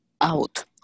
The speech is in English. out